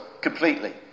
completely